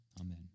Amen